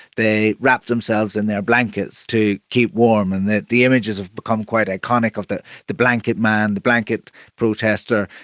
they wrapped themselves in their blankets to keep warm. and the the images have become quite iconic, of the the blanket man, the blanket protester,